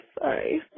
sorry